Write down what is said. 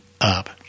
up